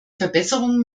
verbesserung